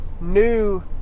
new